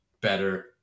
better